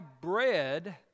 bread